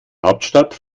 hauptstadt